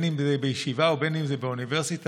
אם זה בישיבה ואם זה באוניברסיטה.